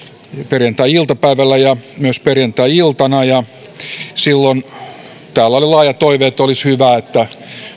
perjantai iltapäivällä ja myös perjantai iltana ja silloin täällä oli laaja toive että olisi hyvä että